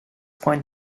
point